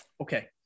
Okay